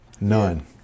None